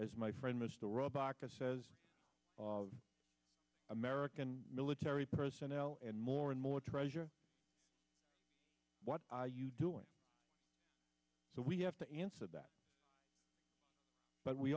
as my friend mr rubb aka says of american military personnel and more and more treasure what are you doing so we have to answer that but we